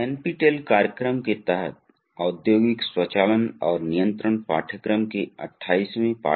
keywords दबाव द्रव प्रवाह दर वापसी रेखा नियंत्रण प्रणाली असंगत हवा के बुलबुले सील मोटर बल